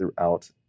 throughout